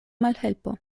malhelpo